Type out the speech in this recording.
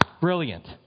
Brilliant